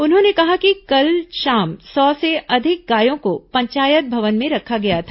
उन्होंने कहा कि कल शाम सौ से अधिक गायों को पंचायत भवन में रखा गया था